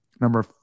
Number